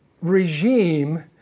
regime